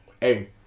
Hey